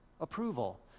approval